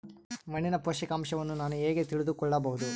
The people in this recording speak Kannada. ಮಣ್ಣಿನ ಪೋಷಕಾಂಶವನ್ನು ನಾನು ಹೇಗೆ ತಿಳಿದುಕೊಳ್ಳಬಹುದು?